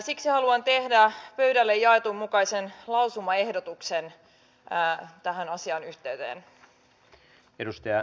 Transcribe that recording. siksi haluan tehdä pöydälle jaetun mukaisen lausumaehdotuksen tämän asian yhteyteen